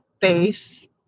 base